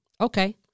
Okay